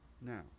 Now